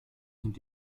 sind